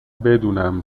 بدونم